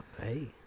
hey